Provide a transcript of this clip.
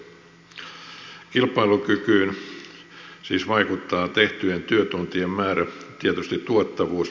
kilpailukykyyn siis vaikuttaa tehtyjen työtuntien määrä tietysti tuottavuus